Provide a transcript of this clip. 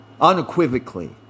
unequivocally